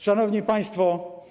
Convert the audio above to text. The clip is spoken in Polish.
Szanowni Państwo!